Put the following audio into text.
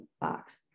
box